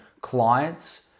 clients